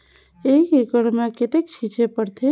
एक एकड़ मे कतेक छीचे पड़थे?